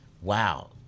Wow